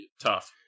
tough